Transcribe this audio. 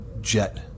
jet